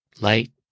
light